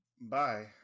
Bye